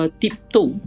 tiptoe